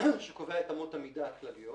שקובע את אמות המידה הכלליות.